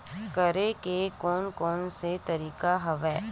करे के कोन कोन से तरीका हवय?